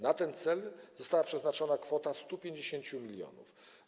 Na ten cel została przeznaczona kwota 150 mln.